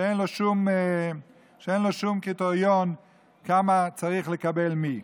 שאין לו שום קריטריון כמה צריך לקבל מי.